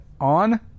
on